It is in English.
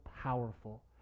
powerful